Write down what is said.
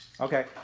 Okay